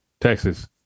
Texas